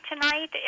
tonight